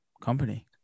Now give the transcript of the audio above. company